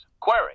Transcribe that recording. Query